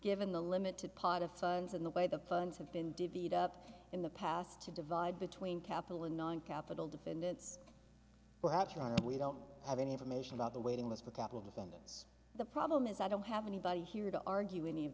given the limited pot of funds in the way the funds have been divvied up in the past to divide between capital and non capital defendants perhaps your honor we don't have any information about the waiting list for capital defendants the problem is i don't have anybody here to argue any of